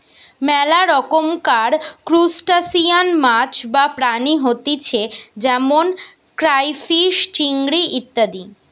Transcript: মেলা রকমকার ত্রুসটাসিয়ান মাছ বা প্রাণী হতিছে যেমন ক্রাইফিষ, চিংড়ি ইত্যাদি